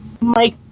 Mike